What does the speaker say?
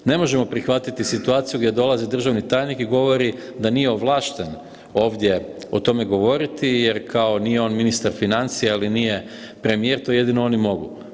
Ne možemo prihvatiti situaciju gdje dolazi državni tajnik i govori da nije ovlašten ovdje o tome govoriti jer kao nije on ministar financije ili nije premijer to jedino oni mogu.